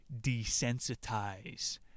Desensitize